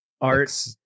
art